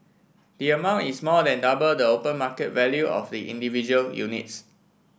the amount is more than double the open market value of the individual units